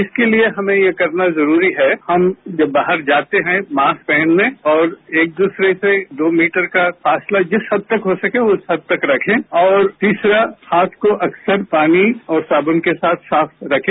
इसके लिए हमें ये करना जरूरी है हम जब बाहर जाते हैं मास्क पहन ले और एक दूसरे से दो मीटर का फासला जिस हद तक हो सके उस हद तक रखे और तीसरा हाथ को अक्सर पानी और साबुन के साथ साफ रखे